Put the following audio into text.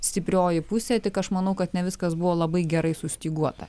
stiprioji pusė tik aš manau kad ne viskas buvo labai gerai sustyguota